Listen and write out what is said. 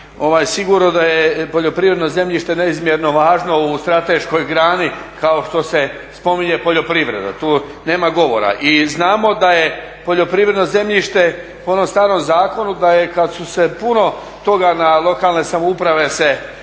sigurno da je poljoprivredno zemljište neizmjerno važno u strateškoj grani kao što se spominje poljoprivreda, tu nema govora. I znamo da je poljoprivredno zemljište po onom starom zakonu da je kad su se puno toga na lokalne samouprave se